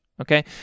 Okay